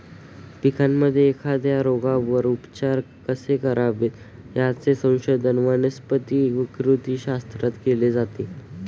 पिकांमध्ये एखाद्या रोगावर उपचार कसे करावेत, याचे संशोधन वनस्पती विकृतीशास्त्रात केले जाते